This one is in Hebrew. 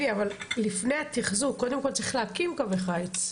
לפני התחזוקה, קודם כול צריך להקים קווי חיץ.